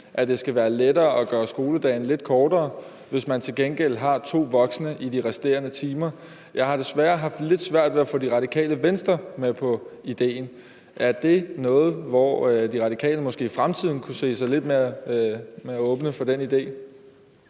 at det skal være lettere at gøre skoledagene lidt kortere, hvis man til gengæld har to voksne i de resterende timer. Jeg har desværre haft lidt svært ved at få Det Radikale Venstre med på ideen. Er det en idé, som De Radikale måske i fremtiden kunne se sig lidt mere åben for?